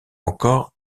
encore